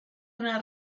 una